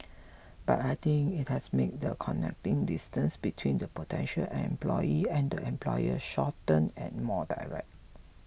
but I think it has made the connecting distance between the potential employee and employer shorter and more direct